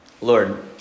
Lord